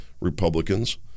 Republicans